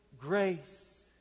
grace